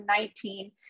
2019